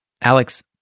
Alex